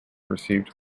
received